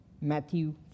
Matthew